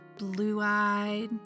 blue-eyed